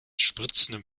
spritzendem